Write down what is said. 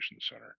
center